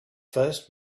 first